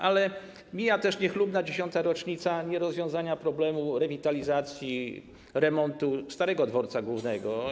Ale mija też niechlubna 10. rocznica nierozwiązania problemu rewitalizacji, remontu starego dworca głównego.